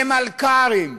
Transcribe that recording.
למלכ"רים.